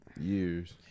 years